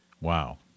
Wow